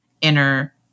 inner